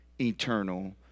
eternal